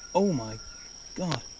oh my god.